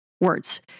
words